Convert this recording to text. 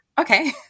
okay